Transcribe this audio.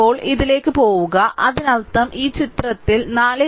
ഇപ്പോൾ ഇതിലേക്ക് പോകുക അതിനർത്ഥം ഈ ചിത്രത്തിൽ 4